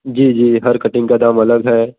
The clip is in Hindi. जी जी हर कटिंग का दाम अलग है